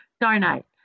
donate